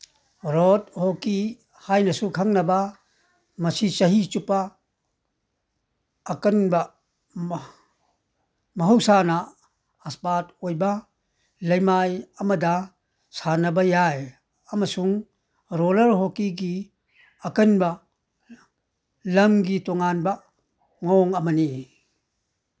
road hockey ꯍꯥꯏꯅꯁꯨ ꯈꯪꯅꯕ ꯃꯁꯤ ꯆꯍꯤ ꯆꯨꯞꯄ ꯑꯀꯟꯕ ꯃꯍꯧꯁꯥꯅ ꯑꯁꯄꯥꯠ ꯑꯣꯏꯕ ꯂꯩꯃꯥꯏ ꯑꯃꯗ ꯁꯥꯟꯅꯕ ꯌꯥꯏ ꯑꯃꯁꯨꯡ ꯔꯣꯂꯔ ꯍꯣꯀꯤꯒꯤ ꯑꯀꯟꯕ ꯂꯪꯒꯤ ꯇꯣꯉꯥꯟꯅ ꯃꯑꯣꯡ ꯑꯃꯅꯤ